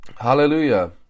Hallelujah